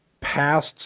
past